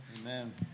Amen